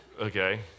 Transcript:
Okay